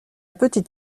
petite